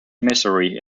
misery